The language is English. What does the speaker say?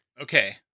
Okay